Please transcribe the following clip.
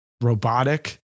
robotic